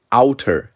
outer